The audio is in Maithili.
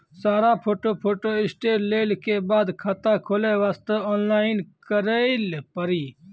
सारा फोटो फोटोस्टेट लेल के बाद खाता खोले वास्ते ऑनलाइन करिल पड़ी?